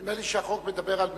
נדמה לי שהחוק מדבר על ממונֶה,